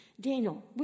Daniel